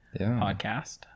podcast